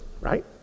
right